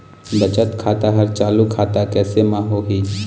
बचत खाता हर चालू खाता कैसे म होही?